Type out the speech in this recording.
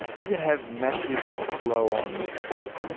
you can have massive flow-on effects.